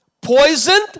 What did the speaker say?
Poisoned